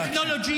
תן לי להקשיב.